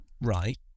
Right